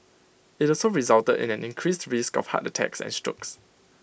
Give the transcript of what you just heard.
IT also resulted in an increased risk of heart attacks and strokes